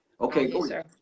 okay